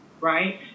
right